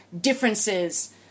differences